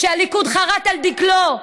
שהליכוד חרת על דגלו.